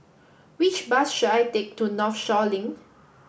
which bus should I take to Northshore Link